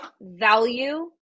value